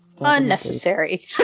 unnecessary